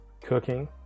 cooking